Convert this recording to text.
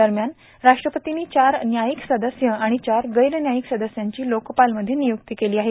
दरम्यान राष्ट्रपतींनी चार न्यायिक सदस्य आणि चार गैरन्यायिक सदस्यांची लोकपाल मध्ये निय्क्ती केली आहे